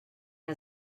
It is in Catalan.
que